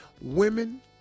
Women